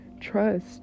trust